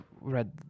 read